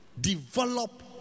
develop